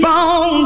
on